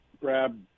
grab